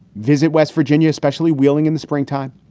visit west virginia, especially wheeling in the springtime.